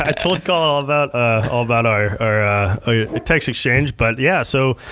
i told collin all about ah all about our text exchange, but yeah. so,